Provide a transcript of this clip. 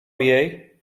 jej